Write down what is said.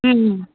হুম